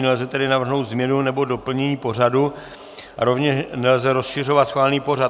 Nelze tedy navrhnout změnu nebo doplnění pořadu a rovněž nelze rozšiřovat schválený pořad.